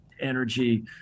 energy